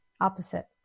Opposite